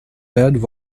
bad